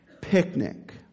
picnic